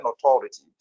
authority